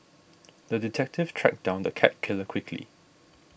the detective tracked down the cat killer quickly